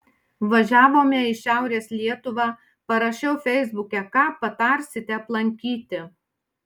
važiavome į šiaurės lietuvą parašiau feisbuke ką patarsite aplankyti